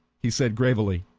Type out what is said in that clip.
he said gravely.